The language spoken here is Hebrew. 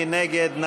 מי נגד?